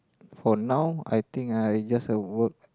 for now I think I just at work